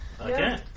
Okay